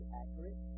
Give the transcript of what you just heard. accurate